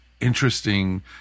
interesting